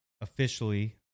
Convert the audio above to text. officially